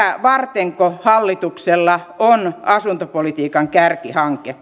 tätä vartenko hallituksella on asuntopolitiikan kärkihanke